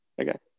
Okay